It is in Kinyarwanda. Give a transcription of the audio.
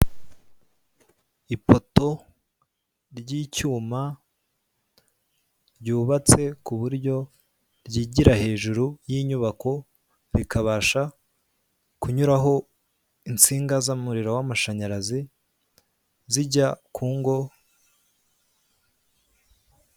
Ipoto ry'icyuma ryubatse kuburyo ryigira hejuru y'inyubabako rikabasha kunyuraho insinga z'umuriro w'amashanyarazi zijya ku ingo